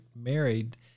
married